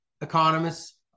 economists